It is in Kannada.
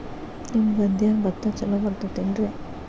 ನಿಮ್ಮ ಗದ್ಯಾಗ ಭತ್ತ ಛಲೋ ಬರ್ತೇತೇನ್ರಿ?